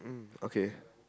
okay